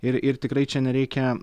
ir ir tikrai čia nereikia